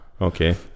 Okay